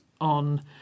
on